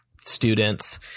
students